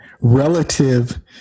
relative